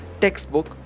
textbook